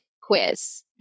quiz